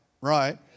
right